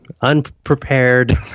unprepared